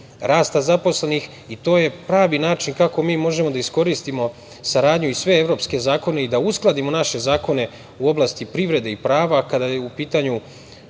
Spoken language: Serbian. rasta zaposlenih. To je pravi način kako mi možemo da iskoristimo saradnju i sve evropske zakone i da uskladimo naše zakone u oblasti privrede i prava kada je u pitanju